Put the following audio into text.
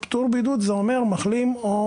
פטור בידוד זה אומר מחלים או